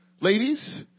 Ladies